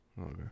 Okay